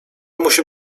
musi